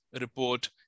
report